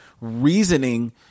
reasoning